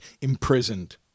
imprisoned